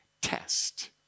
test